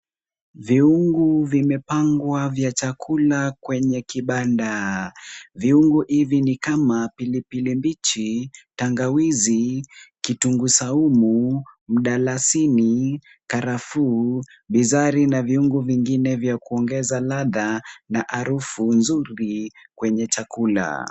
Viungo vimepangwa vya chakula kwenye kibanda. Viungo hivi ni kama pilipili mbichi, tangawizi, kitunguu saumu, mdalasini, karafuu, bizari na viungu vingine vya kuongeze ladha na harufu nzuri kwenye chakula.